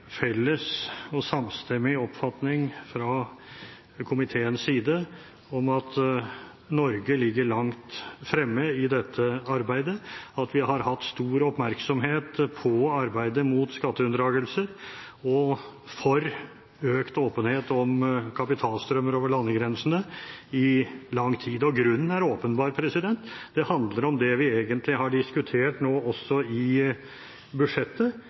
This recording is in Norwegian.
felles og samstemmig oppfatning fra komiteens side om at Norge ligger langt fremme i dette arbeidet, og at vi har hatt stor oppmerksomhet på arbeidet mot skatteunndragelse og for økt åpenhet om kapitalstrømmer over landegrensene i lang tid. Grunnen er åpenbar. Det handler om det vi egentlig har diskutert nå også i budsjettet,